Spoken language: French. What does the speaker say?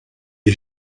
est